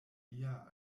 lia